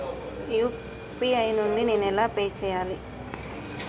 UPI నుండి నేను ఎలా పే చెయ్యాలి?